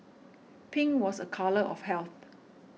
pink was a colour of health